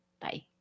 Bye